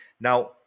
Now